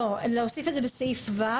לא, להוסיף את זה בסעיף (ו)